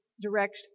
direct